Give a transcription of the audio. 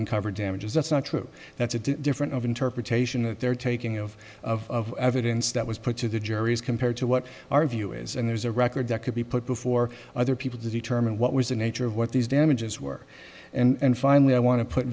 than cover damages that's not true that's a different of interpretation of their taking of of evidence that was put to the jury as compared to what our view is and there's a record that could be put before other people to determine what was the nature of what these damages were and finally i wan